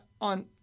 on